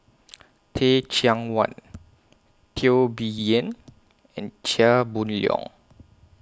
Teh Cheang Wan Teo Bee Yen and Chia Boon Leong